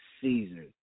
Caesar